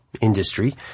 industry